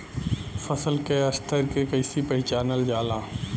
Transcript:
फसल के स्तर के कइसी पहचानल जाला